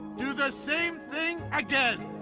do the same thing again!